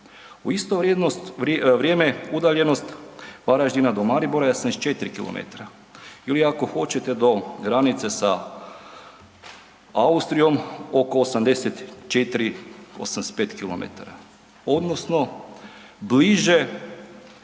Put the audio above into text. U istu vrijeme udaljenost Varaždina do Maribora je 84 kilometra ili ako hoćete do granice sa Austrijom, oko 84, 85 kilometara odnosno bliže